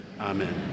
Amen